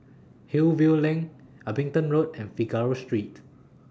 Hillview LINK Abingdon Road and Figaro Street